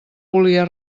volia